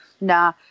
Nah